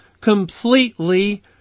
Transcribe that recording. Completely